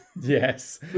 Yes